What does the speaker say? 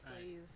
Please